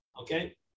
Okay